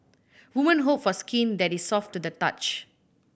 women hope for skin that is soft to the touch